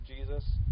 Jesus